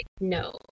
no